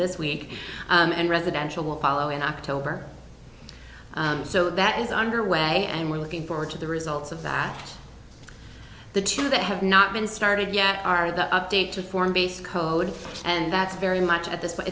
this week and residential will follow in october so that is underway and we're looking forward to the results of that the two that have not been started yet are the update to form base code and that's very much at this point